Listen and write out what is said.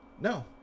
No